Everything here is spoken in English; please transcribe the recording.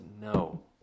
no